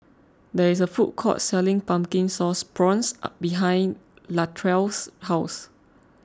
there is a food court selling Pumpkin Sauce Prawns behind Latrell's house